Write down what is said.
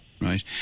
Right